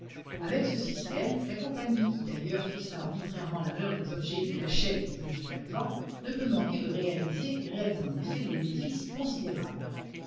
avec ce système la compagnie qui d'ailleurs fixe arbitrairement la valeur des objets qu'elle achète et des objets qu'elle vend ne peut manquer de réaliser et réalise en effet des bénéfices considérables